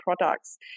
products